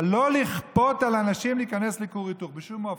אבל לא לכפות על אנשים להיכנס לכור היתוך בשום אופן.